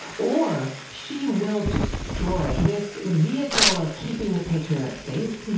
or she will destroy. this vehicle of keeping the patriarchs safe,